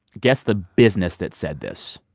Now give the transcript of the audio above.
guess the business that said this.